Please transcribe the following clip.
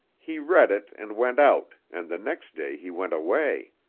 he read it and went out and the next day he went away.